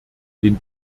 den